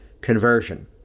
conversion